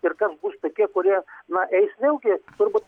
ir kas bus tokie kurie na eis vėlgi turbūt